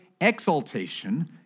exaltation